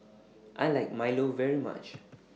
I like Milo very much